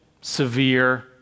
severe